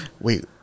wait